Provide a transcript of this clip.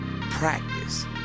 practice